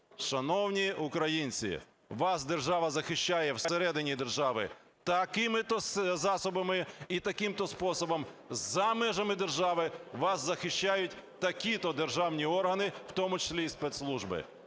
"Шановні українці, вас держава захищає всередині держави такими-то засобами і таким-то способом, за межами держави вас захищають такі-то державні органи, в тому числі і спецслужби".